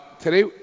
Today